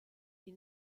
die